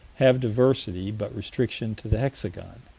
have diversity but restriction to the hexagon,